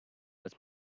was